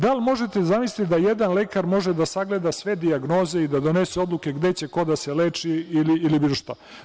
Da li možete da zamislite da jedan lekar može da sagleda sve dijagnoze i da donese odluke gde će ko da se leči ili bilo šta?